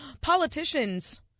politicians